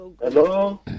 Hello